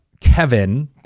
Kevin